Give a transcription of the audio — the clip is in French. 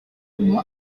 moy